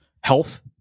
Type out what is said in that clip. health